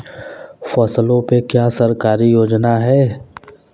फसलों पे क्या सरकारी योजना है?